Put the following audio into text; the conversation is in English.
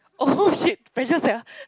!oh shit! precious sia